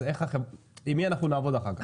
אז עם מי אנחנו נעבוד אחר כך?